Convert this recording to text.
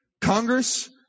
Congress